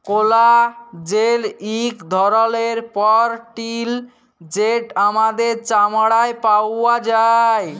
collagen ইক ধরলের পরটিল যেট আমাদের চামড়ায় পাউয়া যায়